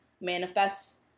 manifests